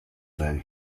then